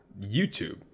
YouTube